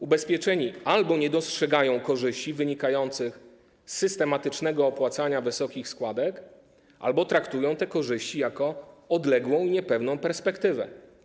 Ubezpieczeni albo nie dostrzegają korzyści wynikających z systematycznego opłacania wysokich składek, albo traktują te korzyści jako odległą i niepewną perspektywę.